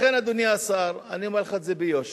לכן, אדוני השר, אני אומר לך את זה ביושר,